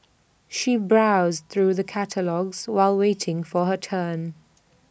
she browsed through the catalogues while waiting for her turn